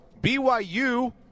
BYU